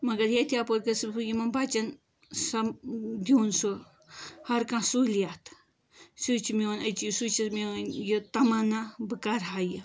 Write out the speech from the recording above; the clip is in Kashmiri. مگر ییٚتہِ یَپور گٔژھسٕس بہٕ یِمن بَچن سۄ دِیُن سُہ ہَر کانہہ سہوٗلِیتھ سُے چھُ میون ایٚچیٖو سُے چھے مِیٲنۍ یہِ تَمَنا بہٕ کَرٕہا یہِ